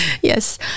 Yes